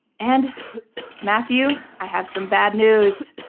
and matthew, i have some bad news.